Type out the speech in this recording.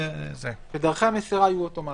שדרכי המסירה יהיו אוטומטיות.